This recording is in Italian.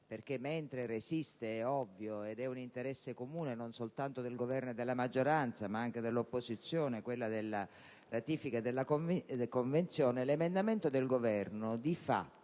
ovviamente resiste ed è interesse comune - non soltanto del Governo e della maggioranza, ma anche dell'opposizione - la ratifica della Convenzione, l'emendamento del Governo, di fatto,